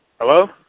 Hello